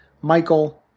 Michael